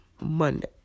Monday